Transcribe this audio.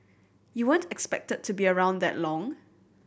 you weren't expected to be around that long